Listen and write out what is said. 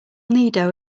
nido